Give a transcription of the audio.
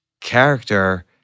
character